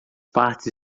partes